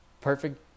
Perfect